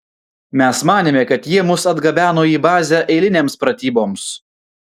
mes manėme kad jie mus atgabeno į bazę eilinėms pratyboms